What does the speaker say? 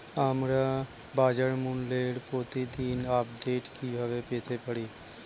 আমরা বাজারমূল্যের প্রতিদিন আপডেট কিভাবে পেতে পারি?